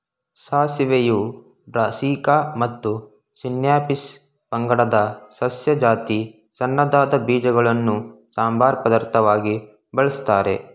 ಸಾಸಿವೆಯು Brassica ಮತ್ತು Sinapis ಪಂಗಡದ ಸಸ್ಯ ಜಾತಿ ಸಣ್ಣದಾದ ಬೀಜಗಳನ್ನು ಸಂಬಾರ ಪದಾರ್ಥವಾಗಿ ಬಳಸ್ತಾರೆ